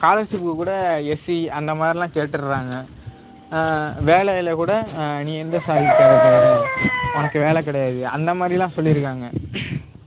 scholarship கூட SC அந்த மாதிரியெல்லாம் கேட்டுறாங்க வேலையில் கூட நீ எந்த சாதிக்கார பயல் உனக்கு வேலை கிடையாது அந்த மாதிரியெல்லாம் சொல்லியிருக்காங்க